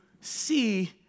see